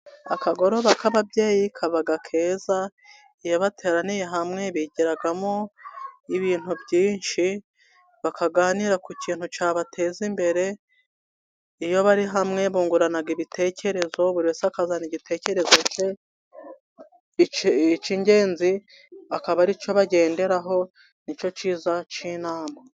Akagoroba k'ababyeyi kaba keza. Iyo bateraniye hamwe bigiramo ibintu byinshi, bakaganira ku kintu cyabateza imbere. Iyo bari hamwe bungurana ibitekerezo, buri wese akazana igitekerezo cye, icy'ingenzi akaba ari cyo bagenderaho, nicyo cyiza cy'inama.